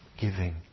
giving